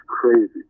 crazy